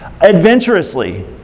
adventurously